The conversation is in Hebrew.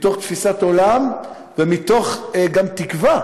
מתוך תפיסת עולם וגם מתוך תקווה,